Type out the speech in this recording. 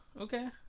okay